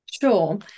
sure